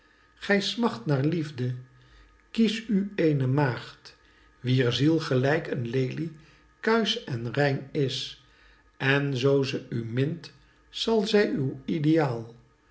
gij smacht naar liefde kies u eene maagd wier ziel gelijk een lelie kuisch en rein is en zoo ze u mint zal zij uw ideaal